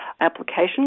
application